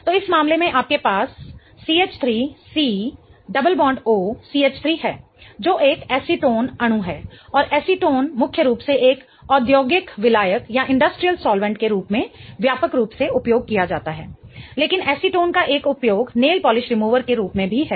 तो इस मामले में आपके पास CH3COCH3 है जो एक एसीटोन अणु है और एसीटोन मुख्य रूप से एक औद्योगिक विलायक के रूप में व्यापक रूप से उपयोग किया जाता है लेकिन एसीटोन का एक उपयोग नेल पॉलिश रिमूवर के रूप में भी है